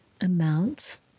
amounts